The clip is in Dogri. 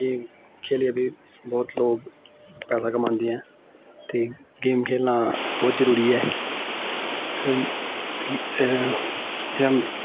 गेम खेलियै बी बहुत लोक पैसा कमांदे ऐ ते गेम खेलना बहुत जरूरी ऐ ज